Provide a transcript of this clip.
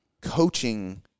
coaching